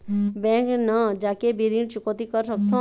Bank न जाके भी ऋण चुकैती कर सकथों?